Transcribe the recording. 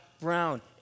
brown